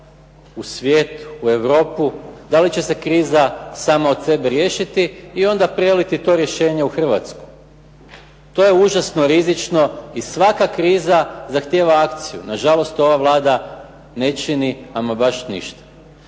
u svijet, u Europu da li će se kriza sama od sebe riješiti onda preliti to rješenje u Hrvatsku. To je užasno rizično i svaka kriza zahtjeva akciju, na žalost ova vlada ne čini ama baš ništa.